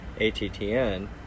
ATTN